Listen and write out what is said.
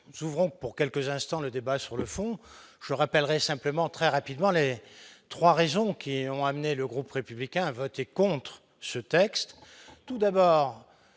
souvent pour quelques instants, le débat sur le fond, je rappellerai simplement très rapidement les 3 raisons qui ont amené le groupe républicain voter contre ce texte, tout d'abord